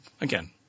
again